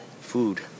food